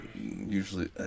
usually